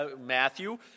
Matthew